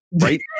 right